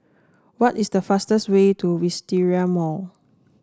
what is the fastest way to Wisteria Mall